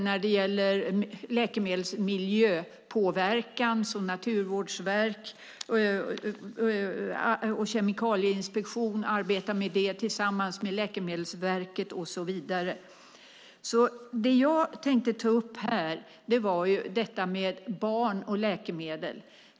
När det gäller läkemedels miljöpåverkan arbetar Naturvårdsverket och Kemikalieinspektionen med det tillsammans med Läkemedelsverket och så vidare. Det som jag tänkte ta upp här är detta med barn och läkemedel.